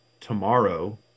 tomorrow